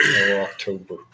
October